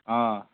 آ